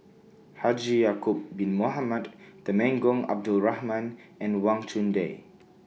Haji Ya'Acob Bin Mohamed Temenggong Abdul Rahman and Wang Chunde